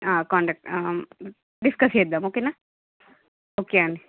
contact discuss చేద్దాము ఓకేనా okay అండి